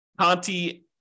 Conti